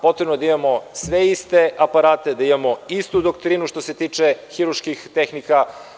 Potrebno je da imamo sve iste aparate, da imamo istu doktrinu, što se tiče hirurških tehnika.